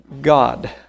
God